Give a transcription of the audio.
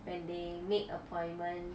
when they made appointment